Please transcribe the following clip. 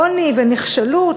עוני ונחשלות,